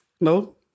no